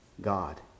God